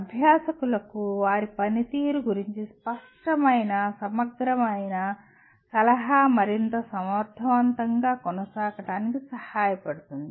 అభ్యాసకులకు వారి పనితీరు గురించి స్పష్టమైన సమగ్రమైన సలహా మరింత సమర్థవంతంగా కొనసాగడానికి సహాయపడుతుంది